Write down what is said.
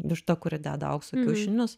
višta kuri deda aukso kiaušinius